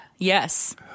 Yes